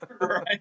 right